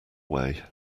way